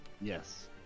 Yes